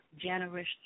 generous